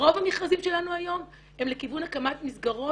רוב המכרזים שלנו היום הם לכיוון הקמת מסגרות